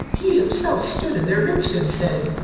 he himself stood in their midst and said,